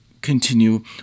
continue